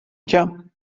tja